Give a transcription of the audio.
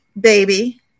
baby